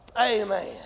Amen